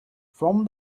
from